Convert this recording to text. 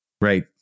right